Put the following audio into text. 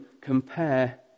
compare